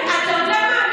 אתה יודע מה?